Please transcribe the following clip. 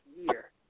year